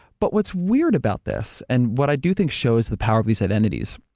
but what's weird about this, and what i do think shows the power of these identities,